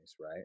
right